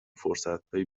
فرصتهای